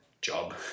Job